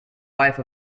wife